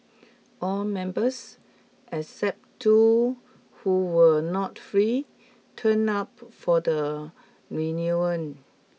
all members except two who were not free turned up for the reunion